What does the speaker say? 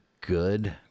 good